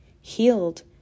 healed